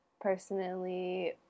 personally